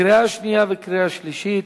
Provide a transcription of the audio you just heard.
קריאה שנייה וקריאה שלישית.